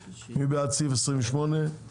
סעיף 28. מי בעד סעיף 28 בנוסחו?